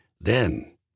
Then